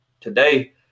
Today